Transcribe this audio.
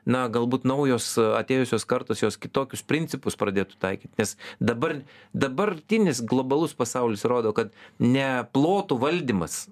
na galbūt naujos atėjusios kartos jos kitokius principus pradėtų taikyt nes dabar dabartinis globalus pasaulis rodo kad ne plotų valdymas